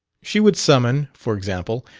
she would summon, for example,